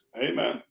amen